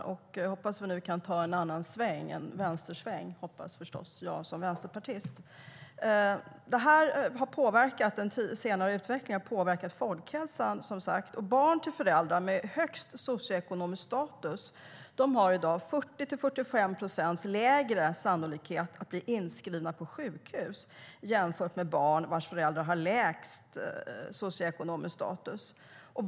Jag som vänsterpartist hoppas att vi nu kan ta en annan sväng, en vänstersväng. Denna utveckling har påverkat folkhälsan. Barn till föräldrar med högst socioekonomisk status löper i dag 40-45 procents lägre risk att bli inskrivna på sjukhus än barn vars föräldrar har lägst socioekonomisk status.